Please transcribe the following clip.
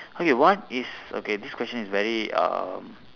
okay what is okay this question is very uh